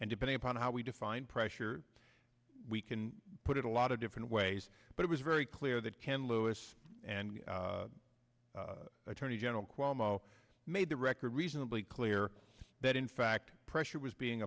and depending upon how we define pressure we can put it a lot of different ways but it was very clear that ken lewis and attorney general cuomo made the record reasonably clear that in fact pressure was being